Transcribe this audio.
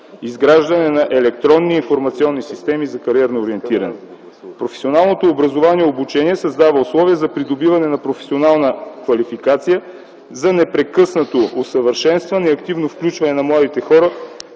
изграждане на електронни информационни системи за кариерно ориентиране. Професионалното образование и обучение създава условия за придобиване на професионална квалификация, за непрекъснато усъвършенстване и активно включване на младите хора